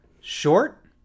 short